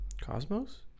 Cosmos